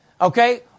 okay